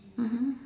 mmhmm